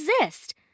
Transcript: exist